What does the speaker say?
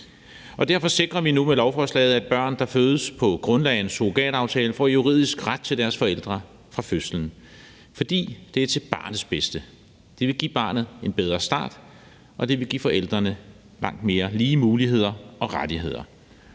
Derfor sikrer vi nu med lovforslaget, at børn, der fødes på grundlag af en surrogataftale, får juridisk ret til deres forældre fra fødslen, for det er til barnets bedste. Det vil give barnet en bedre start, og det vil give forældrene langt mere lige muligheder og rettigheder.